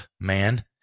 man